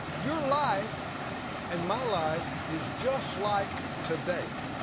your life and my life is just like today,